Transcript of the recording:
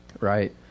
Right